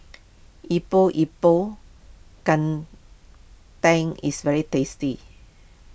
Epok Epok Kentang is very tasty